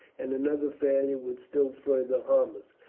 and another failure would still further harm us.